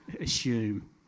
assume